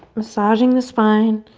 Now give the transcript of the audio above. massaging the spine.